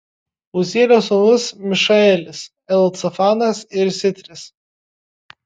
uzielio sūnūs mišaelis elcafanas ir sitris